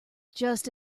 just